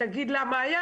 תגיד למה היה,